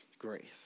grace